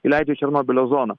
įleidžia į černobylio zoną